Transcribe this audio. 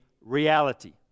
reality